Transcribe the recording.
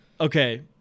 Okay